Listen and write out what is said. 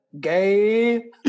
gay